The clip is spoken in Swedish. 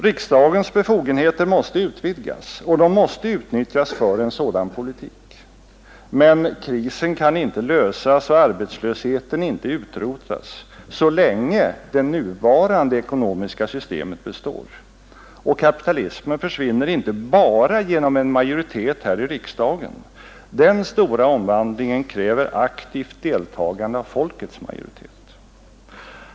Riksdagens befogenheter måste utvidgas, och de måste utnyttjas för en sådan politik. Men krisen kan inte lösas och arbetslösheten inte utrotas så länge det nuvarande ekonomiska systemet består. Kapitalismen försvinner inte bara genom en majoritet här i riksdagen. Den stora omvandlingen kräver aktivt deltagande av folkets majoritet.